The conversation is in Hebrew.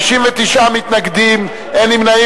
59 מתנגדים, אין נמנעים.